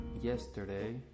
yesterday